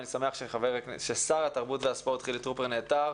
אני שמח ששר התרבות והספורט חילי טרופר נעתר.